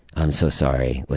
i'm so sorry. like